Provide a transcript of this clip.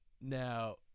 now